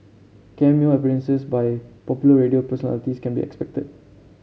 cameo appearances by popular radio personalities can be expected